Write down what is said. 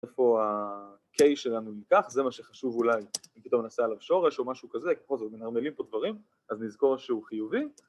‫איפה ה-K שלנו ייקח, זה מה שחשוב, ‫אולי אם פתאום נעשה עליו שורש או משהו כזה, ‫בכל זאת, מנרמלים פה דברים, ‫אז נזכור שהוא חיובי.